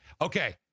Okay